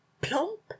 plump